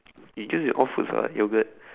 is used is in all foods [what] yoghurt